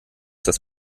das